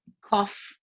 Cough